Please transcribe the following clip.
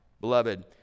Beloved